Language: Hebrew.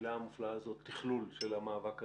המילה המופלאה הזאת, תכלול של המאבק הזה,